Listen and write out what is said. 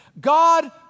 God